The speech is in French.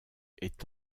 est